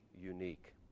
unique